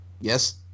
Yes